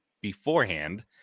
beforehand